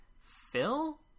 Phil